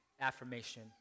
affirmation